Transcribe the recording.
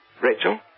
Rachel